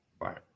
Right